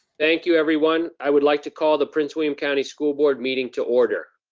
thank you, everyone. i would like to call the prince william county school board meeting to order.